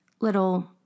little